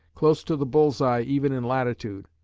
close to the bull's eye even in latitude.